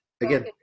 Again